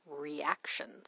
reactions